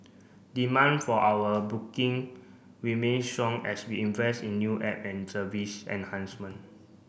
demand for our booking remains strong as we invest in new app and service enhancement